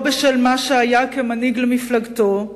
לא בשל מה שהיה כמנהיג למפלגתו,